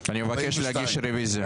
אני מבקש להגיש רביזיה.